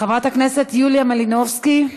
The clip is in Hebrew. חברת הכנסת יוליה מלינובסקי,